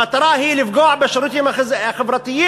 המטרה היא לפגוע בשירותים החברתיים,